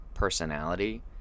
personality